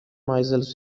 myself